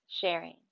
sharing